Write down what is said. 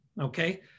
okay